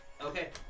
Okay